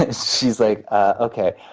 ah she's like, ah okay.